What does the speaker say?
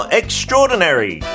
extraordinary